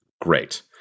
Great